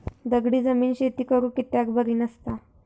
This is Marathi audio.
दगडी जमीन शेती करुक कित्याक बरी नसता?